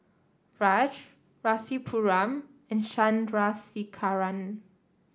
Raj Rasipuram and Chandrasekaran